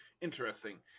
Interesting